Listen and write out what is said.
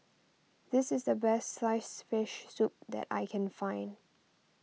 this is the Best Sliced Fish Soup that I can find